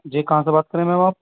جی کہاں سے بات کر رہے ہیں میم آپ